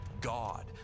God